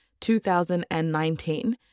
2019